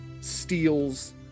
steals